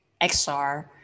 XR